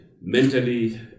mentally